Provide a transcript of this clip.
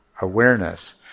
awareness